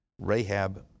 Rahab